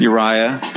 Uriah